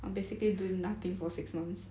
I'm basically do nothing for six months